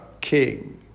king